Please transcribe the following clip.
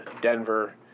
Denver